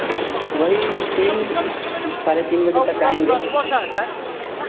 वही तीन साढ़े तीन बजे तक आएँगे